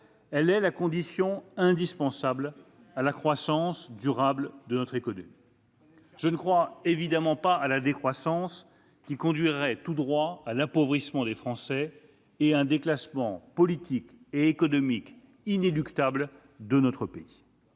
Elle est la condition indispensable pour une croissance durable de notre économie. Je ne crois évidemment pas à la décroissance qui conduirait tout droit à l'appauvrissement des Français et à un déclassement politique et économique inéluctable de notre pays.